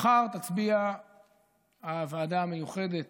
מחר תצביע הוועדה המיוחדת,